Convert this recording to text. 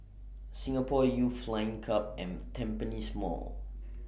Singapore Youth Flying Club and Tampines Mall